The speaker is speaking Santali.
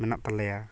ᱢᱮᱱᱟᱜ ᱛᱟᱞᱮᱭᱟ